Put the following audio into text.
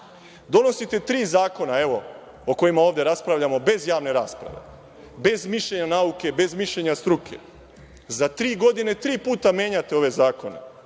tri zakona o kojima ovde raspravljamo bez javne rasprave, bez mišljenja nauke, bez mišljenja struke. Za tri godine tri puta menjate ovaj zakon.